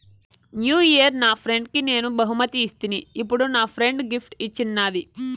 new year నా ఫ్రెండ్కి నేను బహుమతి ఇస్తిని, ఇప్పుడు నా ఫ్రెండ్ గిఫ్ట్ ఇచ్చిన్నాది